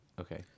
Okay